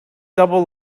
double